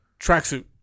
tracksuit